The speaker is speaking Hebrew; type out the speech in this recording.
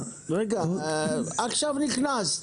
רגע, עכשיו נכנסת.